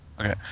Okay